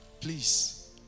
Please